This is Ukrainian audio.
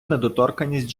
недоторканність